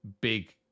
big